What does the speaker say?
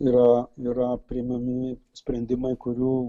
yra yra priimami sprendimai kurių